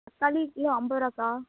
தக்காளி கிலோ ஐம்பது ரூபாக்கா